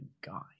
guy